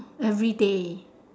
everyday